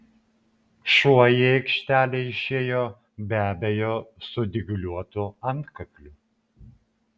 šuo į aikštelę išėjo be abejo su dygliuotu antkakliu